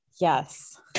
yes